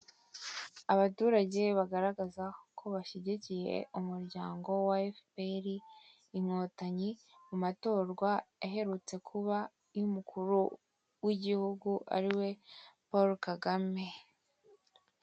Abaturage bagaragaza ko bashigikiye umuryango wa efu pe eri inkotanyi, mu matorwa aherutse kuba y'umukuru w'igihugu ari we Polo Kagame.